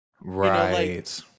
Right